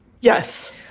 Yes